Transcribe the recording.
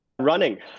Running